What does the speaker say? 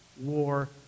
war